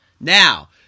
Now